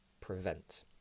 prevent